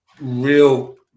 real